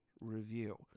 review